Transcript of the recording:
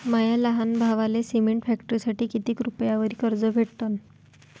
माया लहान भावाले सिमेंट फॅक्टरीसाठी कितीक रुपयावरी कर्ज भेटनं?